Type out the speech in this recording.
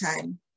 time